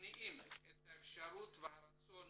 מונעים את האפשרות והרצון